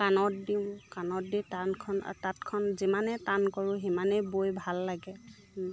কাণত দিওঁ কাণত দি টানখন তাঁতখন যিমানেই টান কৰোঁ সিমানেই বৈ ভাল লাগে